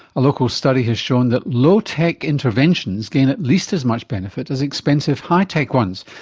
a local study has shown that low-tech interventions gain at least as much benefit as expensive high-tech ones,